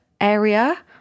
area